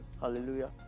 Hallelujah